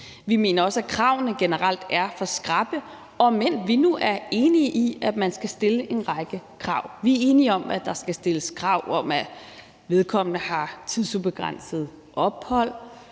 Vi mener også, at kravene generelt er for skrappe, om end vi nu er enige i, at man skal stille en række krav. Vi er enige om, at der skal stilles krav om, at vedkommende har tidsubegrænset